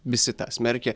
visi tą smerkia